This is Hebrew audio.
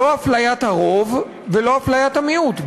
לא אפליית הרוב ולא אפליית המיעוט,